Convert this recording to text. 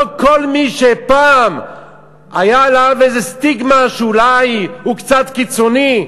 לא כל מי שפעם הייתה עליו איזו סטיגמה שאולי הוא קצת קיצוני,